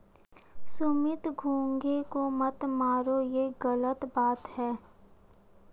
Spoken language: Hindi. सुमित घोंघे को मत मारो, ये गलत बात है